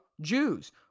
Jews